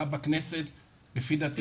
עלה בכנסת מספר פעמים.